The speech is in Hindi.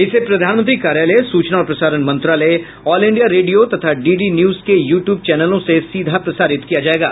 इसे प्रधानमंत्री कार्यालय सूचना और प्रसारण मंत्रालय ऑल इंडिया रेडियो तथा डी डी न्यूज के यू ट्यूब चैनलों से सीधा प्रसारित किया जायेगा